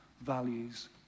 values